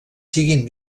siguin